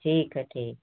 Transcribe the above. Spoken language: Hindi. ठीक है ठीक है